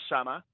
summer